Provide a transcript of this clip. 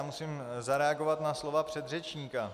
Musím zareagovat na slova předřečníka.